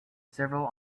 several